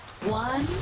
one